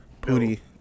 pooty